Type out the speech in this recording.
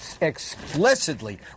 explicitly